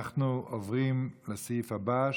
אנחנו עוברים לסעיף הבא,